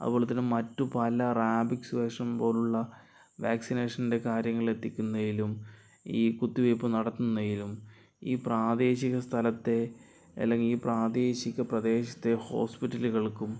അതുപോല തന്നെ പല റാബിക്സ് വാക്സിൻ പോലുള്ള വാക്സിനേഷൻറെ കാര്യങ്ങളെത്തിക്കുന്നതിലും ഈ കുത്തിവെയ്പ്പ് നടത്തുന്നതിലും ഈ പ്രാദേശീക സ്ഥലത്തെ അല്ലെങ്കിൽ ഈ പ്രാദേശിക പ്രദേശത്തെ ഹോസ്പിറ്റലുകൾക്കും